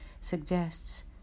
suggests